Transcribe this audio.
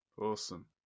awesome